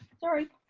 sorry.